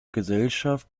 gesellschaft